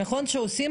סליחה?